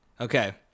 okay